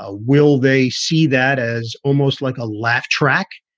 ah will they see that as almost like a laugh track?